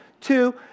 Two